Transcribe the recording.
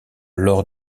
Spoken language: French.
lors